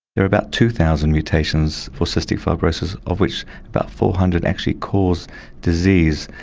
there are about two thousand mutations for cystic fibrosis, of which about four hundred actually cause disease,